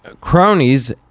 cronies